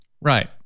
right